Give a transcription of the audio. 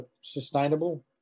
sustainable